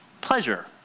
pleasure